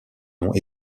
noms